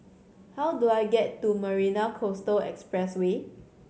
how do I get to Marina Coastal Expressway